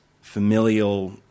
familial